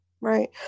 right